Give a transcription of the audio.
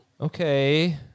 Okay